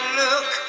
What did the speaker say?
look